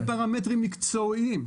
בלי פרמטרים מקצועיים.